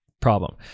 problem